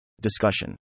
Discussion